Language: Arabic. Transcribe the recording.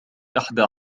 إحدى